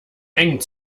eng